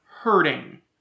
Hurting